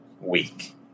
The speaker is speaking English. week